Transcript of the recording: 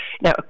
Now